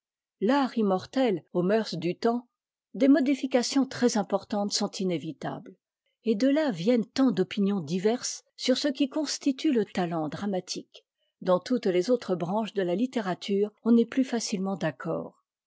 l'art immortel aux moeurs du temps des modifications très importantes sont inévitables et de là viennent tant d'opinions diverses sur ce qui constitue le ta ent dramatique dans toutes les autres branches de la littérature on est p us tacitement d'accord